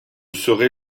serai